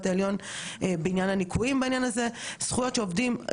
זכויות שעובדים עבדו פה בעבודות הכי קשות במשק והרוויחו,